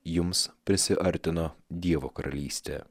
jums prisiartino dievo karalystė